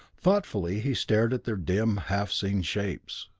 thoughtfully he stared at their dim, half-seen shapes.